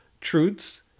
truths